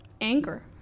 anger